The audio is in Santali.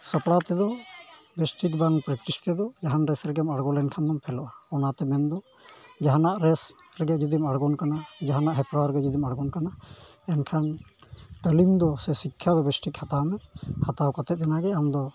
ᱥᱟᱯᱲᱟᱣ ᱛᱮᱫᱚ ᱵᱮᱥ ᱴᱷᱤᱠ ᱵᱟᱝ ᱯᱨᱮᱠᱴᱤᱥ ᱛᱮᱫᱚ ᱡᱟᱦᱟᱱ ᱨᱮᱥ ᱨᱮᱫᱚᱢ ᱟᱬᱜᱚ ᱞᱮᱱᱠᱷᱟᱱ ᱜᱮᱢ ᱯᱷᱮᱞᱚᱜᱼᱟ ᱚᱱᱟᱛᱮᱢᱮᱱᱫᱚ ᱡᱟᱦᱟᱱᱟᱜ ᱨᱮᱥ ᱨᱮ ᱡᱩᱫᱤᱢ ᱟᱬᱜᱚᱱ ᱠᱟᱱᱟ ᱡᱟᱦᱟᱱᱟᱜ ᱦᱮᱯᱨᱟᱣ ᱨᱮᱜᱮ ᱡᱩᱫᱤᱢ ᱟᱬᱜᱚᱱ ᱠᱟᱱᱟ ᱮᱱᱠᱷᱟᱱ ᱛᱟᱹᱞᱤᱢ ᱫᱚ ᱥᱮ ᱥᱤᱠᱠᱷᱟ ᱫᱚ ᱵᱮᱥᱴᱷᱤᱠ ᱦᱟᱛᱟᱣ ᱢᱮ ᱦᱟᱛᱟᱣ ᱠᱟᱛᱮᱫ ᱮᱱᱟᱜᱮ ᱟᱢᱫᱚ